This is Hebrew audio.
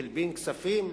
הלבין כספים?